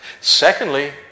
Secondly